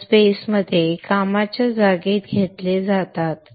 स्पेसमध्ये कामाच्या जागेत घेतले जातात